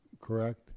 correct